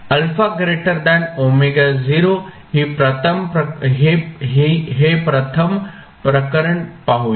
α ω0 ही प्रथम प्रकरण पाहूया